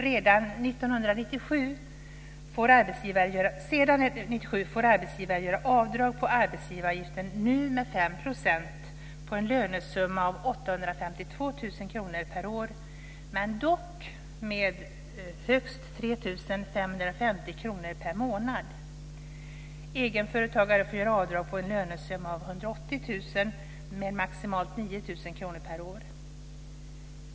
Sedan 1997 får arbetsgivare göra avdrag på arbetsgivaravgiften, nu med 5 % på en lönesumma av 852 000 kr per år, dock högst med 3 550 kr per månad. Egenföretagare får göra avdrag på en lönesumma av 180 000 kr med maximalt 9 000 kr per år.